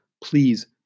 please